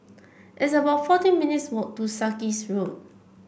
it's about fourteen minutes' walk to Sarkies Road